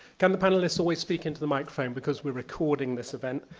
can the panelists always speak into the microphone because we're recording this event?